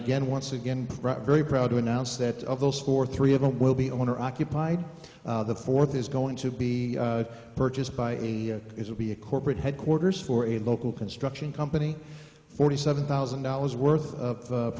again once again very proud to announce that of those four three of them will be owner occupied the fourth is going to be purchased by a it will be a corporate headquarters for a local construction company forty seven thousand dollars worth of